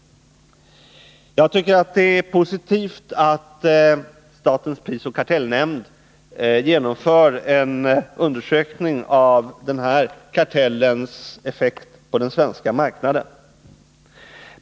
Det är positivt att statens prisoch kartellnämnd genomför en undersökning av den här kartellens effekt på den svenska marknaden.